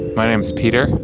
my name's peter.